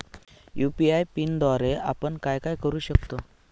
UPI पिनद्वारे आपण काय काय करु शकतो?